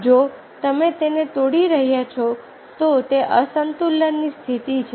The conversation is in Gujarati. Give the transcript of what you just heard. જો તમે તેને તોડી રહ્યા છો તો તે અસંતુલનની સ્થિતિ છે